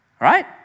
right